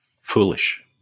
Foolish